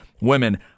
women